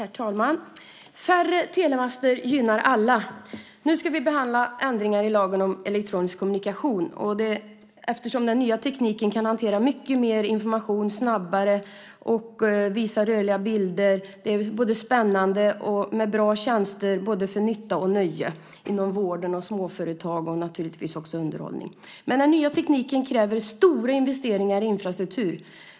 Herr talman! Färre telemaster gynnar alla. Nu ska vi behandla Ändring i lagen om elektronisk kommunikation . Den nya tekniken kan hantera mycket mer information snabbare och visa rörliga bilder. Det är spännande. Det finns bra tjänster, både för nytta och nöje: inom vården, för småföretag och naturligtvis finns också underhållning. Men den nya tekniken kräver stora investeringar i infrastruktur.